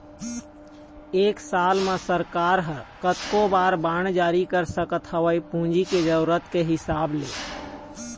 एक साल म सरकार ह कतको बार बांड जारी कर सकत हवय पूंजी के जरुरत के हिसाब ले